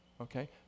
Okay